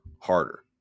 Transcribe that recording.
harder